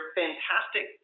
fantastic